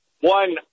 one